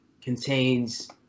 contains